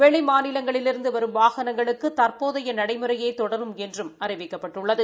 வெளி மாநிலங்களிலிருந்து வரும் வாகனங்களுக்கு தற்போதைய நடைமுறை தொடரும் என்றும் அறிவிக்கப்பட்டுள்ளது